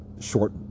short